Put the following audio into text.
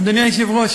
אדוני היושב-ראש,